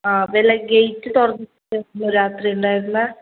ആ വല്ലാ ഗേറ്റ് തുറന്നിട്ടാണോ രാത്രി ഉണ്ടായിരുന്നത്